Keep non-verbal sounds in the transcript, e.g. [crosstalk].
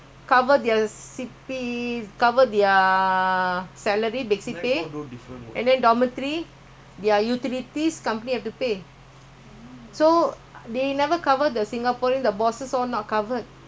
company have to pay so they never cover the singaporean the bosses all not covered not covered [noise] now also not easy can do but not easy